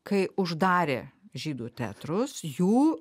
kai uždarė žydų teatrus jų